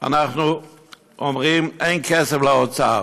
אנחנו אומרים: אין כסף לאוצר.